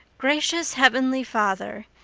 gracious heavenly father,